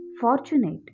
fortunate